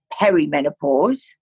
perimenopause